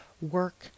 work